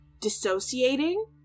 dissociating